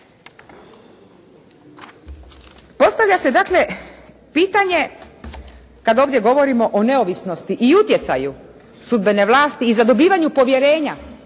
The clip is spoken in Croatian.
Postavlja se dakle pitanje kad ovdje govorimo o neovisnosti i utjecaju sudbene vlasti i zadobivanju povjerenja